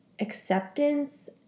acceptance